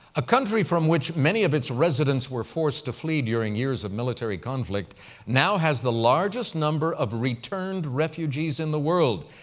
a country from which many of its residents were forced to flee during years of military conflict now has the largest number of returned refugees in the world.